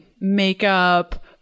makeup